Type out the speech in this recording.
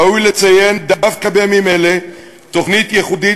ראוי לציין דווקא בימים אלה תוכנית ייחודית